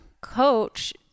coach